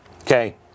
Okay